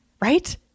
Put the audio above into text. right